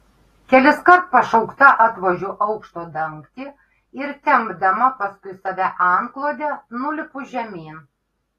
keliskart pašaukta atvožiu aukšto dangtį ir tempdama paskui save antklodę nulipu žemyn